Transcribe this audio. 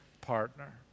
partner